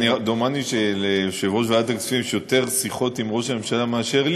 דומני שליושב-ראש ועדת הכספים יש יותר שיחות עם ראש הממשלה מאשר לי.